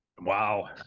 wow